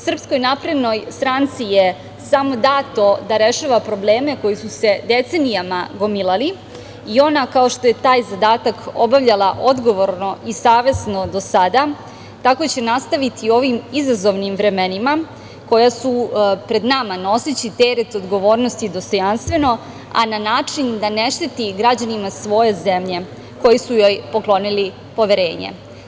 Srpskoj naprednoj stranci je samo dato da rešava probleme koji su se decenijama gomilali i ona, kao što je taj zadatak obavljala odgovorno i savesno do sada, tako će nastaviti u ovim izazovnim vremenima koja su pred nama, noseći teret odgovornosti dostojanstveno, a na način da ne šteti građanima svoje zemlje koji su joj poklonili poverenje.